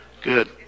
Good